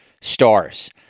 stars